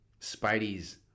Spidey's